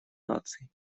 наций